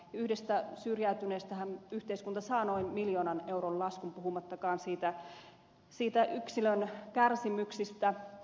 yhdestä syrjäytyneestähän yhteiskunta saa noin miljoonan euron laskun puhumattakaan yksilön kärsimyksistä